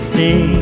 Stay